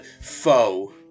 Foe